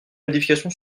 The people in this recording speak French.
modification